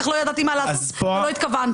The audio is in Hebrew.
כך "לא ידעתי מה לעשות ולא התכוונתי".